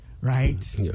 right